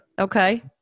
Okay